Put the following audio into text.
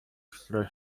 które